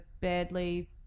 badly